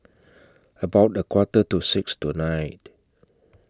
about A Quarter to six tonight